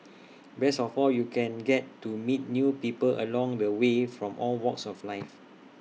best of all you can get to meet new people along the way from all walks of life